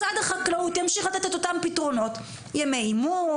משרד החקלאות ימשיך לתת את אותם פתרונות: ימי אימוץ,